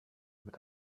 mit